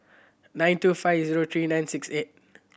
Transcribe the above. nine two five zero three nine six eight